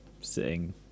sitting